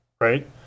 right